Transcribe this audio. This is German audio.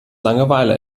langeweile